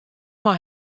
mei